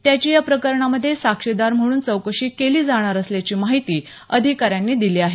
त्याची या प्रकरणामध्ये साक्षीदार म्हणून चौकशी केली जाणार असल्याची माहिती अधिकाऱ्यांनी दिली आहे